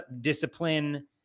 discipline